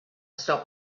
stopped